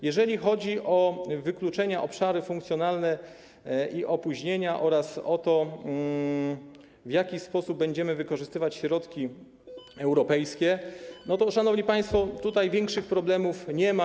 Jeżeli chodzi o wykluczenia, obszary funkcjonalne i opóźnienia oraz o to, w jaki sposób będziemy wykorzystywać środki europejskie, to, szanowni państwo, tutaj większych problemów nie ma.